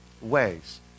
ways